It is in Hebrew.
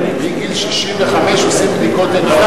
מגיל 65 עושים בדיקות עיניים.